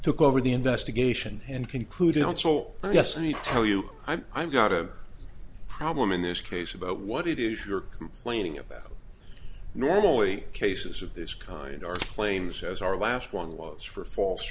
took over the investigation and concluded on soul i guess i need to tell you i'm got a problem in this case about what it is you're complaining about normally cases of this kind or claims as our last one was for false